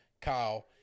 Kyle